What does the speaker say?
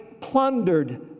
plundered